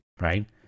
right